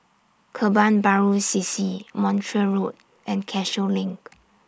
Kebun Baru C C Montreal Road and Cashew LINK